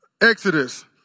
Exodus